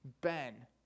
Ben